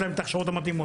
מצוין.